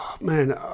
man